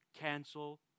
cancel